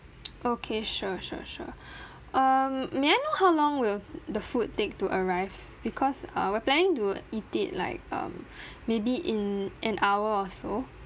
okay sure sure sure um may I know how long will the food take to arrive because uh we're planning to eat it like um maybe in an hour or so